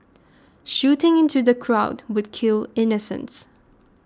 shooting into the crowd would kill innocents